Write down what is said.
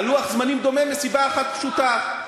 לוח הזמנים דומה מסיבה אחת פשוטה,